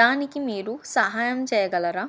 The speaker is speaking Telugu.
దానికి మీరు సహాయం చేయగలరా